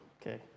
Okay